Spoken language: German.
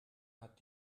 hat